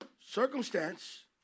Circumstance